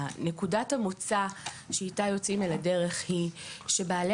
נקודת המוצא שאיתה יוצאים לדרך היא שבעלי